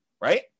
right